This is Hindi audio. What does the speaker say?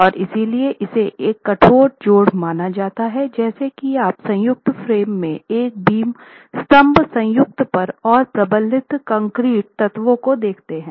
और इसलिए इसे एक कठोर जोड़ माना जाता है जैसे की आप संयुक्त फ्रेम में एक बीम स्तंभ संयुक्त पर और प्रबलित कंक्रीट तत्व को देखते हैं